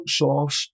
outsource